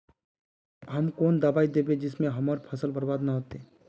हम कौन दबाइ दैबे जिससे हमर फसल बर्बाद न होते?